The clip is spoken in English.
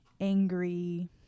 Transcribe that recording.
angry